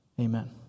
Amen